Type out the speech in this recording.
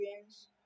games